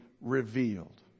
revealed